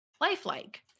lifelike